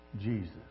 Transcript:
Jesus